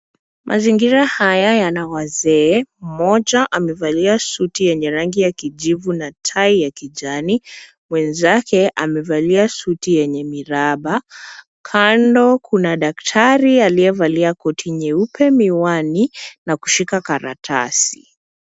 Mazingira haya yana wazee. Mmoja amevalia suti yenye rangi ya kijivu na tai ya kijani. Mwenzake amevalia suti yenye miraba. Kando kuna daktari aliyevalia koti nyeupe, miwani, na kushika karatasi.